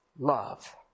Love